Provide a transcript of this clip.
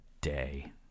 day